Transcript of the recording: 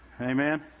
Amen